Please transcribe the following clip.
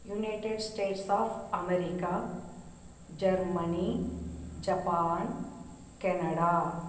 United States of America Germany Japan Canada